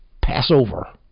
Passover